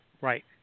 right